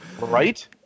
Right